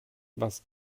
was